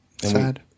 Sad